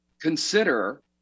consider